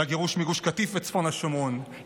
לגירוש מגוש קטיף וצפון השומרון,